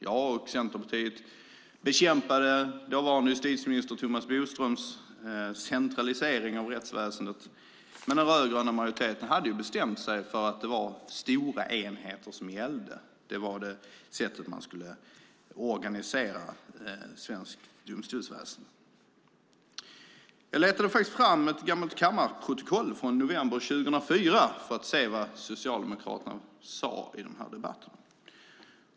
Jag och Centerpartiet bekämpade dåvarande justitieminister Thomas Bodströms centralisering av rättsväsendet. Men den rödgröna majoriteten hade bestämt sig för att det var stora enheter som gällde. Det var det sätt som man skulle organisera svenskt domstolsväsen på. Jag letade faktiskt fram ett gammalt kammarprotokoll från november 2004 för att se vad Socialdemokraterna sade i debatten.